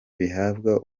bihabwa